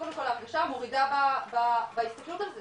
קודם כל ההרגשה מורידה בהסתכלות על זה,